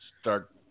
start